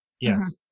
Yes